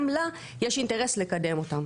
וגם לה יש אינטרס לקדם אותם.